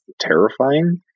terrifying